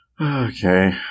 Okay